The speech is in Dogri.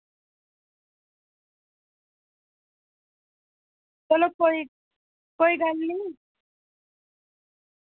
चलो कोई कोई गल्ल निं